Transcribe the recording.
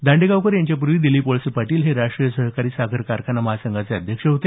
दांडेगावकर यांच्यापूर्वी दिलीप वळसे पाटील हे राष्ट्रीय सहकारी साखर कारखाना महासंघाचे अध्यक्ष होते